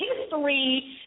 history